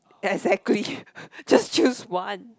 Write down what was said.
exactly just choose one